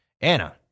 Anna